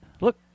look